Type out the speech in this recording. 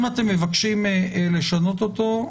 אם אתם מבקשים לשנות אותו,